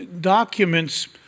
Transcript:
documents